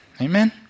Amen